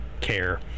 care